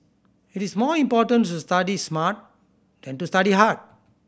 it is more important to study smart than to study hard